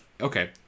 Okay